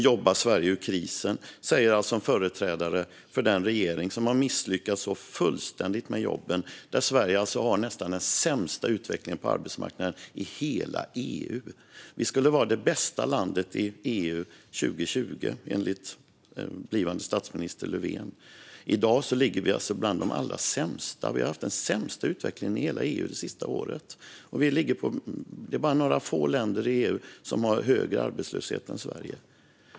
Jobba Sverige ur krisen, säger alltså en företrädare för den regering som har misslyckats så fullständigt med jobben. Sverige har nästan den sämsta utvecklingen på arbetsmarknaden i hela EU. Vi skulle vara det bästa landet i EU 2020, enligt blivande statsminister Löfven. I dag ligger vi alltså bland de allra sämsta. Vi har haft den sämsta utvecklingen i hela EU det senaste året, och det är bara några få länder i EU som har högre arbetslöshet än Sverige.